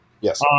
Yes